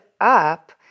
up